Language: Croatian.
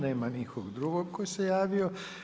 Nema nikog drugo tko se javio.